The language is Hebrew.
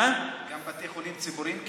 גם בתי חולים ציבוריים קיבלו?